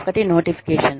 ఒకటి నోటిఫికేషన్